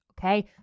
Okay